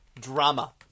drama